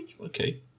Okay